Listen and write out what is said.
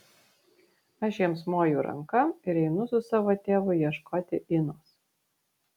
aš jiems moju ranka ir einu su savo tėvu ieškoti inos